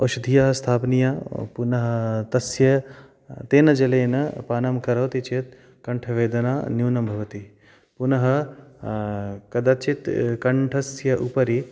औषधयः स्थापनीयाः पुनः तस्य तेन जलेन पानं करोति चेत् कण्ठवेदना न्यूनं भवति पुनः कदाचित् कण्ठस्य उपरि